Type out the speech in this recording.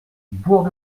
bourg